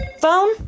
phone